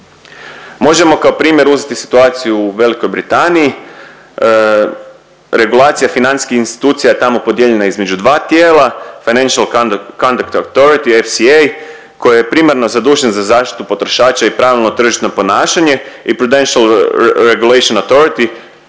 Možemo kao primjer uzeti situaciju u Velikoj Britaniji. Regulacija financijskih institucija tamo podijeljena između 2 tijela, Financial Conduct Authority, FCA koja je primarno zadužen za zaštitu potrošača i pravilno tržišno ponašanje i Prudential Regulation Authority,